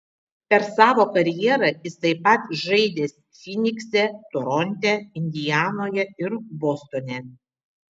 per savo karjerą jis taip pat žaidęs fynikse toronte indianoje ir bostone